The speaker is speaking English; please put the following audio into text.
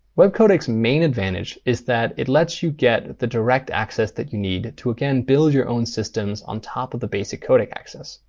webcodecs' main advantage is that it lets you get the direct access that you need to, again, build your own systems on top of the basic codec access.